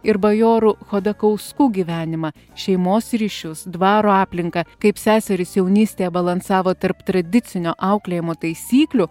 ir bajorų chodakauskų gyvenimą šeimos ryšius dvaro aplinką kaip seserys jaunystėje balansavo tarp tradicinio auklėjimo taisyklių